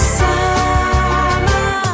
summer